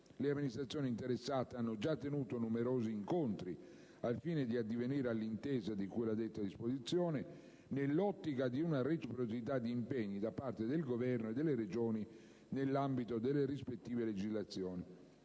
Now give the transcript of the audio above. Le amministrazioni interessate hanno già tenuto numerosi incontri al fine di addivenire all'intesa, di cui alla detta disposizione, nell'ottica di una reciprocità di impegni da parte del Governo e delle Regioni nell'ambito delle rispettive legislazioni.